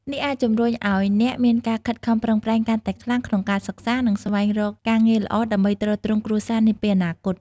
នេះអាចជំរុញឱ្យអ្នកមានការខិតខំប្រឹងប្រែងកាន់តែខ្លាំងក្នុងការសិក្សា និងស្វែងរកការងារល្អដើម្បីទ្រទ្រង់គ្រួសារនាពេលអនាគត។